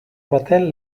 baten